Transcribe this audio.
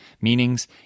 meanings